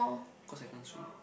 cause I can't swim